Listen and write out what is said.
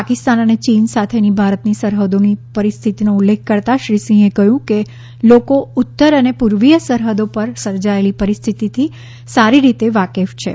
પાકિસ્તાન અને ચીન સાથેની ભારતની સરહદોની પરિસ્થિતિનો ઉલ્લેખ કરતાં શ્રીસિંહે કહ્યું કે લોકો ઉત્તર અને પૂર્વીય સરહદો પર સર્જાયેલી પરિસ્થિતિથી સારી રીતે વાકેફ છો